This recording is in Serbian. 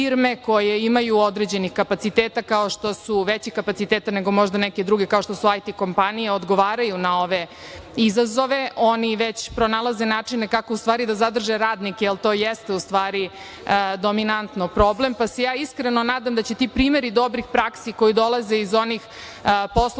koje imaju određenih kapaciteta kao što su veći kapaciteta nego možda neke druge, kao što su IT kompanije, odgovaraju na ove izazove. Oni već pronalaze načine kako u stvari da zadrže radnike, jer to jeste u stvari dominantno problem, pa se ja iskreno nadam da će ti primeri dobrih praksi koji dolaze iz onih poslovnih